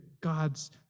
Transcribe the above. God's